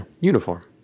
uniform